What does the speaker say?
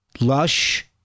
lush